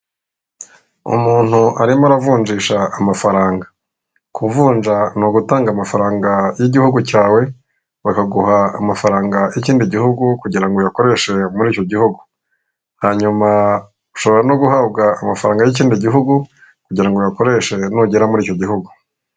Umuntu arimo aravunjisha amafaranga. Kuvunja ni ugutanga amafaranga y'igihugu cyawe, bakaguha amafaranga y'ikindi gihugu kugira ngo uyakoreshe muri icyo gihugu. Hanyuma, ushobora no guhabwa amafaranga y'ikindi gihugu, kugira ngo uyakoreshe nugera muri icyo gihugu.